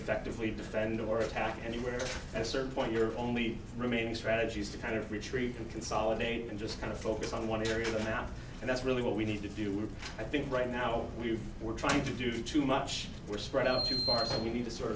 effectively defend or attack anywhere at a certain point your only remaining strategy is to kind of retreat to consolidate and just kind of focus on one area half and that's really what we need to do i think right now we were trying to do too much were spread out to far so we need to sort